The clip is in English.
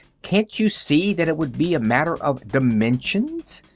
can't you see that it would be a matter of dimensions?